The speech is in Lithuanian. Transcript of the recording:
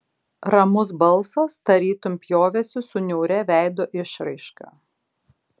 ramus balsas tarytum pjovėsi su niauria veido išraiška